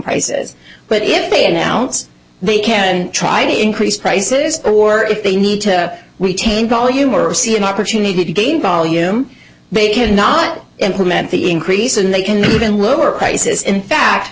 prices but if they announce they can try to increase prices or if they need to retain volume or see an opportunity to gain volume they cannot implement the increase and they can even lower prices in fact